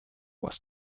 was